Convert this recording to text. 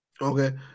Okay